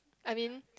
I mean